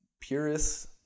purists